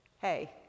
hey